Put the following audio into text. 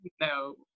No